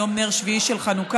היום נר שביעי של חנוכה.